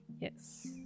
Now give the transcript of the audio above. yes